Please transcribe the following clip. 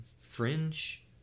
Fringe